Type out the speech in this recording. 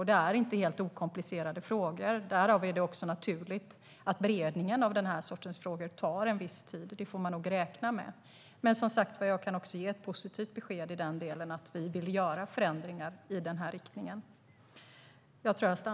Det är inte helt okomplicerade frågor. Därför är det naturligt att beredningen av den här sortens frågor tar en viss tid. Det får man nog räkna med. Men jag kan också ge ett positivt besked i den delen. Vi vill göra förändringar i den här riktningen.